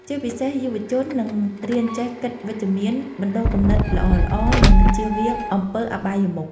ជាពិសេសយុវជននឹងរៀនចេះគិតវិជ្ជមាន បណ្តុះគំនិតល្អៗ និងចៀសវាងអំពើអបាយមុខ។